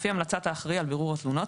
לפי המלצת האחראי על בירור תלונות,